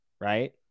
right